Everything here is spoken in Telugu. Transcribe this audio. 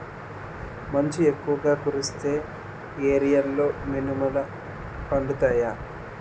మంచు ఎక్కువుగా కురిసే ఏరియాలో మినుములు పండుతాయా?